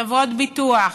חברות ביטוח,